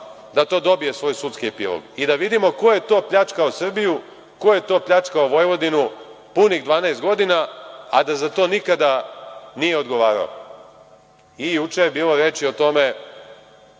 da to dobije svoj sudski epilog i da vidimo ko je to pljačkao Srbiju, ko je to pljačkao Vojvodinu punih 12 godina, a da za to nikada nije odgovarao. Juče je bilo reči o tome